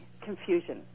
confusion